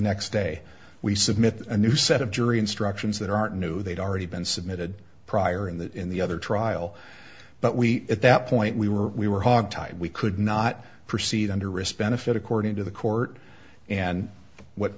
next day we submitted a new set of jury instructions that are new they'd already been submitted prior in that in the other trial but we at that point we were we were hogtied we could not proceed under respect if it according to the court and what